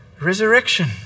resurrection